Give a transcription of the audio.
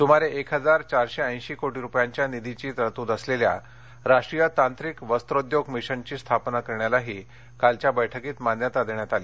सूमारे एक हजार चारशे ऐशी कोटी रुपयांच्या निधीची तरतूद असलेल्या राष्ट्रीय तांत्रिक वस्त्रोद्योग मिशनची स्थापना करण्यालाही कालच्या बैठकीत मान्यता देण्यात आली